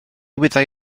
wyddai